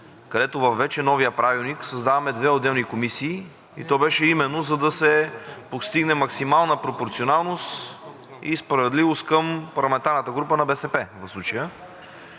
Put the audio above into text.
където вече в новия правилник създаваме две отделни комисии и то беше именно за да се постигне максимална пропорционалност и справедливост към парламентарната група на БСП в случая.